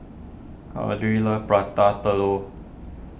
Claudette loves Prata Telur